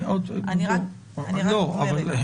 אני רק --- אבל לא,